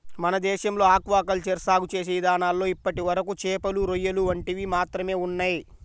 మన దేశంలో aquaculture సాగు చేసే ఇదానాల్లో ఇప్పటివరకు చేపలు, రొయ్యలు వంటివి మాత్రమే ఉన్నయ్